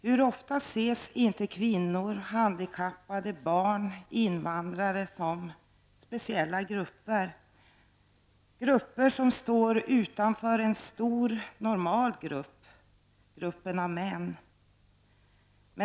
Hur ofta ses inte kvinnor, handikappade, barn och invandrare som speciella grupper, stående utanför en stor normal grupp, gruppen av män?